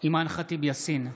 בעד אימאן ח'טיב יאסין,